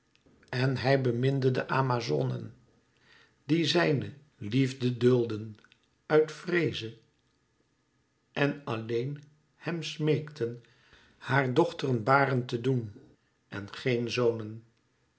en hij beminde de amazonen die zijne liefde duldden uit vreeze en alleenlijk hem smeekten haar dochteren baren te doen en geen zonen